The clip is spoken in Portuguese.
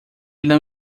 não